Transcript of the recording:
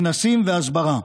כנסים והסברה,